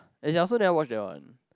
as in I also never watch that one